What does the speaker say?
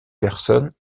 personnes